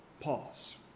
Pause